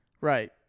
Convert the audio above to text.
Right